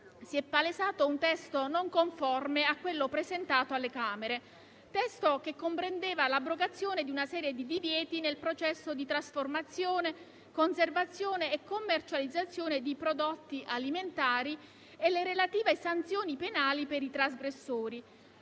si è palesato un testo non conforme a quello presentato alle Camere, che comprendeva l'abrogazione di una serie di divieti nel processo di trasformazione, conservazione e commercializzazione di prodotti alimentari e le relative sanzioni penali per i trasgressori.